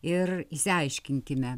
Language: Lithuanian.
ir išsiaiškinkime